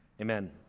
amen